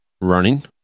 running